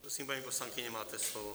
Prosím, paní poslankyně, máte slovo.